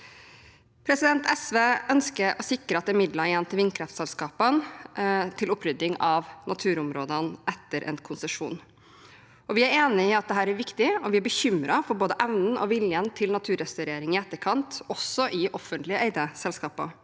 naturressurs. SV ønsker å sikre at det er midler igjen i vindkraftselskapene til opprydding av naturområdene etter endt konsesjon. Vi er enig i at dette er viktig, og vi er bekymret for både evnen og viljen til naturrestaurering i etterkant, også i offentlig eide selskaper.